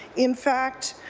in fact,